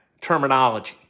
terminology